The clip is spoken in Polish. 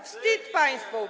Wstyd państwu.